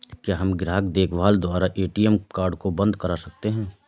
क्या हम ग्राहक देखभाल द्वारा ए.टी.एम कार्ड को बंद करा सकते हैं?